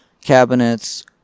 cabinets